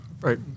Right